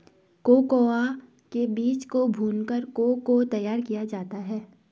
cocoa के बीज को भूनकर को को तैयार किया जाता है